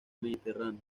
mediterráneo